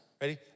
Ready